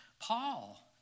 Paul